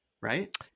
right